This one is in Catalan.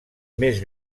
més